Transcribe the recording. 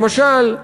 למשל,